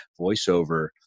voiceover